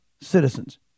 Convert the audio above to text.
citizens